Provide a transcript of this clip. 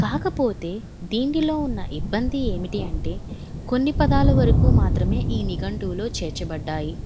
కాకపోతే దీనిలో ఉన్న ఇబ్బంది ఏమిటి అంటే కొన్ని పదాల వరకు మాత్రమే ఈ నిఘంటువులో చేర్చబడ్డాయి